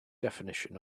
definition